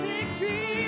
Victory